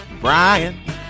Brian